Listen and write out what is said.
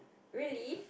really